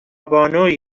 بانویی